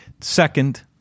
Second